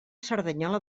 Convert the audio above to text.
cerdanyola